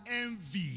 envy